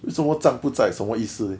什么战不在什么意思